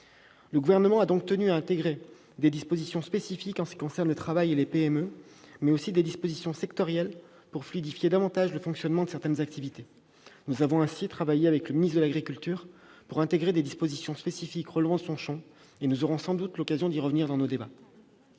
Le Gouvernement a donc tenu à intégrer des dispositions spécifiques en ce qui concerne le travail et les PME, mais aussi des dispositions sectorielles, pour fluidifier davantage le fonctionnement de certaines activités. Nous avons ainsi travaillé avec le ministre de l'agriculture pour intégrer des dispositions spécifiques relevant de son champ de compétence. Nous aurons sans doute l'occasion d'y revenir dans nos débats.